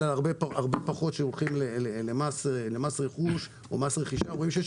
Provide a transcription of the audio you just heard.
כשבודקים מס רכוש או מס רכישה רואים שיש